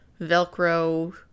velcro